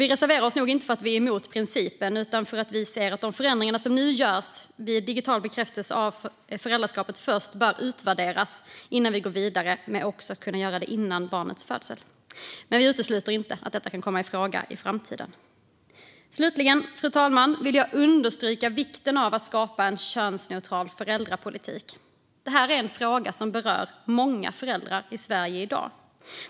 Vi reserverar oss nog inte för att vi är emot principen utan för att vi ser att de förändringar som nu görs när det gäller digital bekräftelse av föräldraskapet bör utvärderas innan vi går vidare med att göra detta möjligt även innan barnets födelse. Vi utesluter dock inte att detta kan komma i fråga i framtiden. Slutligen, fru talman, vill jag understryka vikten av att skapa en könsneutral föräldrapolitik. Det här är en fråga som berör många föräldrar i Sverige i dag.